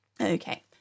Okay